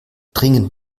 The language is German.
dringend